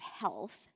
health